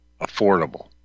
Affordable